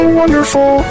wonderful